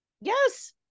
yes